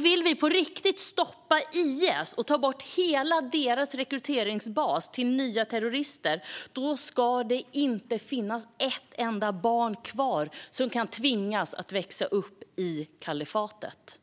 Vill vi på riktigt stoppa IS och ta bort hela deras rekryteringsbas för nya terrorister ska det inte finnas ett enda barn kvar som kan tvingas växa upp i kalifatet.